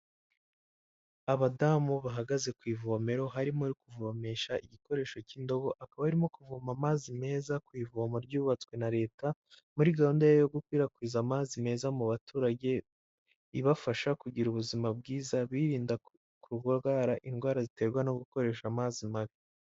Abadamu bahagaze ku ivomero, harimo uri kuvomesha igikoresho cy'indobo, akaba arimo kuvoma amazi meza ku ivoma ryubatswe na Leta, muri gahunda yo gukwirakwiza amazi meza mu baturage, ibafasha kugira ubuzima bwiza, birinda kurwara indwara ziterwa no gukoresha amazi mabi.